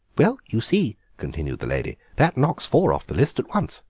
well, you see, continued the lady, that knocks four off the list at once.